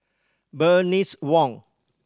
Bernice Wong